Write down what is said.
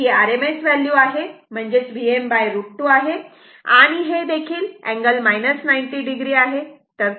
ही RMS value आहे म्हणजे Vm√ 2 आहे आणि हे देखील अँगल 90o आहे